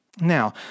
Now